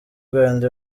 rwanda